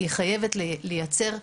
היא חייבת לייצר,